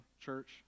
church